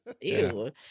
Ew